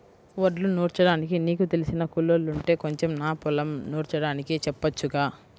వడ్లు నూర్చడానికి నీకు తెలిసిన కూలోల్లుంటే కొంచెం నా పొలం నూర్చడానికి చెప్పొచ్చుగా